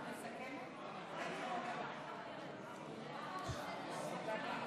אבל הוא לא רואה שום דבר.